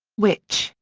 which,